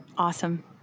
Awesome